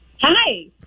Hi